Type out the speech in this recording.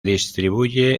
distribuye